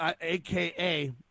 aka